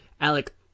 Alec